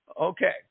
okay